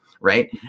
right